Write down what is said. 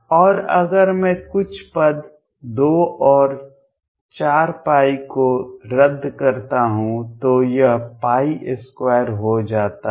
और अगर मैं कुछ पद 2 और 4π को रद्द करता हूं तो यह 2 हो जाता है